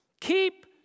Keep